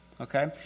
Okay